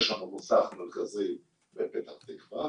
יש לנו מוסך מרכזי בפתח תקווה.